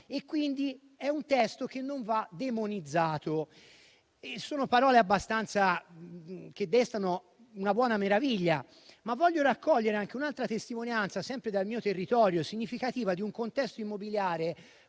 quindi è un testo che non va demonizzato. Sono parole che destano una buona meraviglia, ma voglio raccogliere anche un'altra testimonianza, sempre dal mio territorio, significativa di un contesto immobiliare